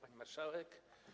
Pani Marszałek!